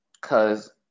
Cause